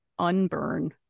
unburn